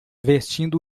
vestindo